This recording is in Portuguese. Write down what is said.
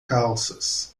calças